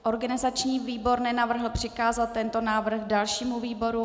Organizační výbor nenavrhl přikázat tento návrh dalšímu výboru.